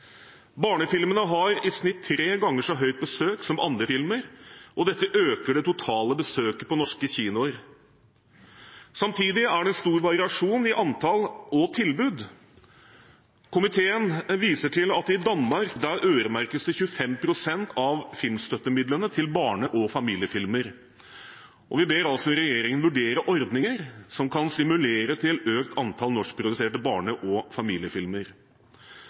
Barnefilmene har i snitt tre ganger så høyt besøk som andre filmer, og dette øker det totale besøket på norske kinoer. Samtidig er det stor variasjon i antall og tilbud. Komiteen viser til at i Danmark øremerkes 25 pst. av filmstøttemidlene til barne- og familiefilmer, og vi ber altså regjeringen vurdere ordninger som kan stimulere til økt antall norskproduserte barne- og familiefilmer.